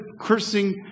cursing